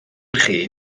chi